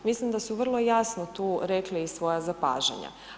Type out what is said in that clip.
Mislim da su vrlo jasno tu rekli svoja zapažanja.